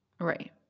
Right